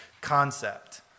concept